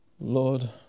Lord